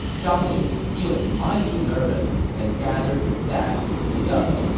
zhang lu was feeling mighty nervous and gathered his staff to discuss